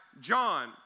John